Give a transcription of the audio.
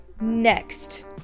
next